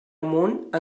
amunt